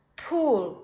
pool